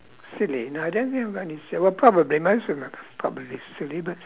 silly no I don't think I have any sil~ well probably most of them probably silly but